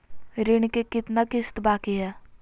ऋण के कितना किस्त बाकी है?